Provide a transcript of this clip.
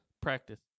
practice